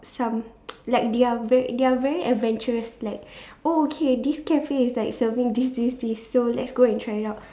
some like they are very they are very adventures like okay this cafe is like serving this this this so let's go and try it out